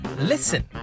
listen